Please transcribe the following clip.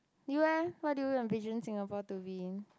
you eh what do you envision Singapore to be